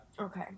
okay